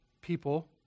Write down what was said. people